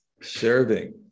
serving